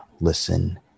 listen